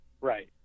Right